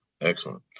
excellent